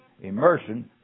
Immersion